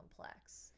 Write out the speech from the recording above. complex